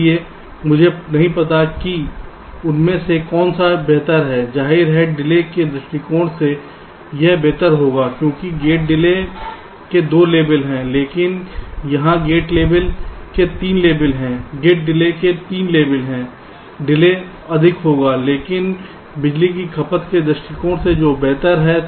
इसलिए मुझे नहीं पता कि उनमें से कौन सा बेहतर है जाहिर है डिले के दृष्टिकोण से यह बेहतर होगा क्योंकि गेट डिले के 2 लेबल हैं लेकिन यहां गेट डिले के 3 लेबल हैं डिले अधिक होगी लेकिन बिजली की खपत के दृष्टिकोण से जो बेहतर है